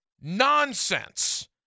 nonsense